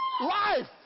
life